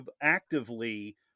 actively